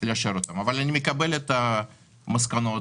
אני מקבל את המסקנות